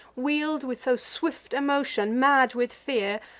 wheel'd with so swift a motion, mad with fear,